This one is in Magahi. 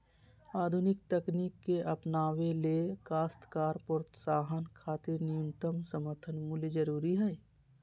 आधुनिक तकनीक के अपनावे ले काश्तकार प्रोत्साहन खातिर न्यूनतम समर्थन मूल्य जरूरी हई